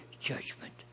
judgment